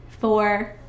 Four